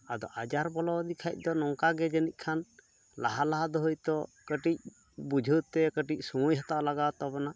ᱟᱫᱚ ᱟᱡᱟᱨ ᱵᱚᱞᱚᱣᱟᱫᱮ ᱠᱷᱟᱱ ᱫᱚ ᱱᱚᱝᱠᱟ ᱜᱮ ᱡᱟᱹᱱᱤᱡᱠᱷᱟᱱ ᱞᱟᱦᱟ ᱞᱟᱦᱟ ᱫᱚ ᱦᱚᱭᱛᱳ ᱠᱟᱹᱴᱤᱡ ᱵᱩᱡᱷᱟᱹᱣ ᱛᱮ ᱠᱟᱹᱴᱤᱡ ᱥᱚᱢᱚᱭ ᱦᱟᱛᱟᱣ ᱞᱟᱜᱟᱣ ᱛᱟᱵᱚᱱᱟ